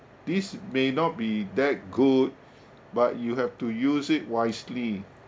this may not be that good but you have to use it wisely